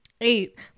eight